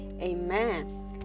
Amen